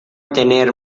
tener